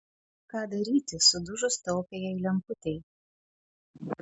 ką daryti sudužus taupiajai lemputei